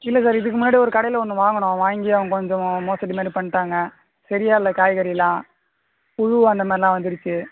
இல்லை சார் இதுக்கு முன்னாடி ஒரு கடையில் ஒன்று வாங்குனோம் வாங்கி அவங்க கொஞ்சம் மோசடி மாதிரி பண்ணிட்டாங்க சரியால்லை காய்கறிலாம் புழு அந்தமாதிரிலாம் வந்துடுச்சு